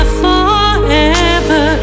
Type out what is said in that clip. forever